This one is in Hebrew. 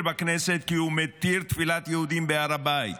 בכנסת כי הוא מתיר תפילת יהודים בהר הבית,